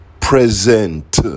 present